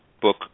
book